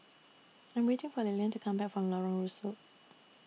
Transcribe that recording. I'm waiting For Lilian to Come Back from Lorong Rusuk